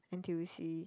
n_t_u_c